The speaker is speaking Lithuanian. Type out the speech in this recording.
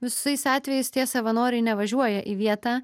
visais atvejais tie savanoriai nevažiuoja į vietą